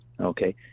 Okay